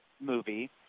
movie